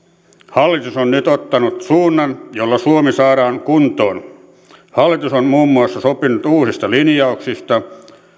hallitus on nyt ottanut suunnan jolla suomi saadaan kuntoon hallitus on muun muassa sopinut uusista linjauksista